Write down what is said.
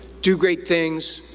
do great things.